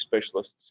specialists